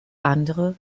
andere